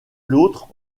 l’autre